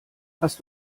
hast